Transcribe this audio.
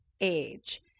Age